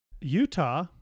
Utah